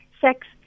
sex